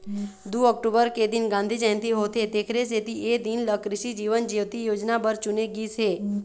दू अक्टूबर के दिन गांधी जयंती होथे तेखरे सेती ए दिन ल कृसि जीवन ज्योति योजना बर चुने गिस हे